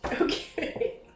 Okay